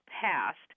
passed